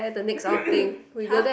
!huh!